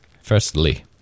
Firstly